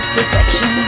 Perfection